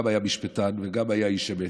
הוא גם היה משפטן וגם היה איש אמת.